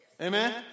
Amen